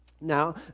Now